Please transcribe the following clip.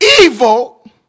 evil